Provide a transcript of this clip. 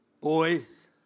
Boys